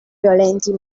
violenti